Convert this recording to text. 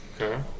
Okay